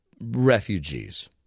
refugees